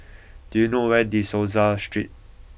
do you know where De Souza Street